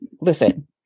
listen